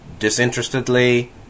Disinterestedly